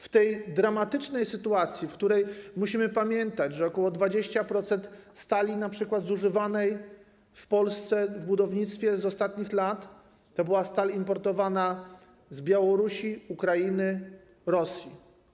W tej dramatycznej sytuacji musimy pamiętać, że ok. 20% stali, np. zużywanej w Polsce w budownictwie w ostatnich latach, to była stal importowana z Białorusi, z Ukrainy i z Rosji.